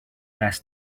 last